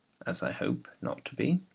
as i hope not to be,